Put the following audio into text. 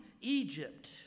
Egypt